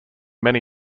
many